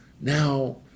now